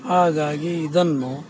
ಹಾಗಾಗಿ ಇದನ್ನು